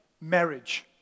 marriage